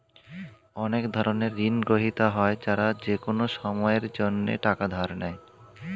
অনেক ধরনের ঋণগ্রহীতা হয় যারা যেকোনো সময়ের জন্যে টাকা ধার নেয়